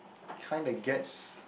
kinda gets